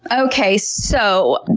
okay, so,